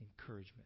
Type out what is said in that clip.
encouragement